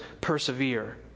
persevere